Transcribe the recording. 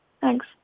Thanks